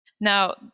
Now